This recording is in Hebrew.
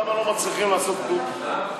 למה לא מצליחים לעשות כלום?